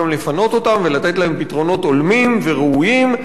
להם פתרונות הולמים וראויים במקום אחר,